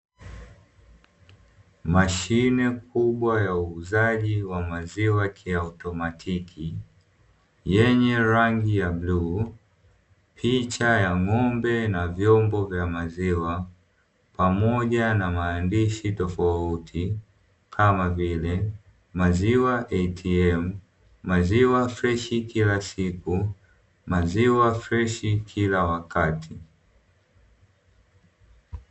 Mashine kubwa ya uuzaji wa maziwa kiautomatiki yenye rangi ya bluu, picha ya ng'ombe na vyombo vya maziwa pamoja maandishi tofauti kama vile maziwa ATM, maziwa freshi kila siku, maziwa freshi kila wakati.